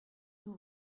nous